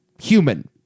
human